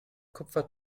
kupfer